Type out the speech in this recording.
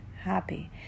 happy